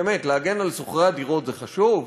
באמת, להגן על שוכרי הדירות זה חשוב?